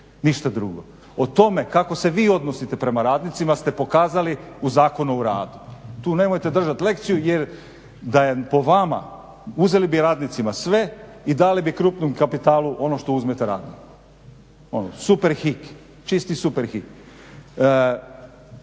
ništa drugo. O tome kako se vi odnosite prema radnicima ste pokazali u Zakonu o radu. Tu nemojte držat lekciju jer da je po vama uzeli bi radnicima sve i dali bi krupnom kapitalu ono što uzmete radniku. Super Hik, čisti Super Hik.